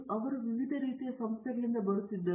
ಅವರು ವಿವಿಧ ರೀತಿಯ ಸಂಸ್ಥೆಗಳಿಂದ ಬರುತ್ತಿದ್ದರು